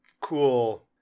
cool